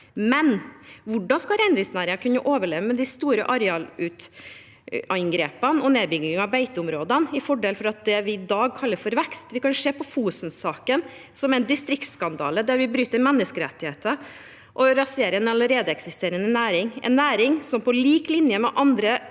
Men hvordan skal reindriftsnæringen kunne overleve med de store arealinngrepene og nedbyggingen av beiteområdene til fordel for det vi i dag kaller vekst? Vi kan se på Fosen-saken som en distriktsskandale der vi bryter menneskerettigheter og raserer en allerede eksisterende næring – en næring som på lik linje med andre